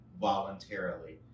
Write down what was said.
voluntarily